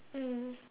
mm